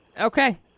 Okay